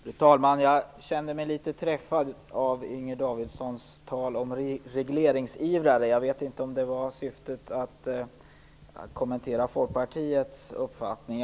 Fru talman! Jag känner mig litet träffad av Inger Davidsons tal om regleringsivrare. Jag vet inte om syftet var att kommentera Folkpartiets uppfattning.